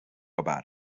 about